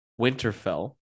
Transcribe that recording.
Winterfell